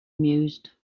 mused